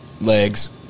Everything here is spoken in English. legs